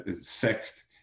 sect